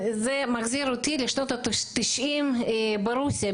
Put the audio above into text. אותי זה מחזיר לשנות ה-90 ברוסיה,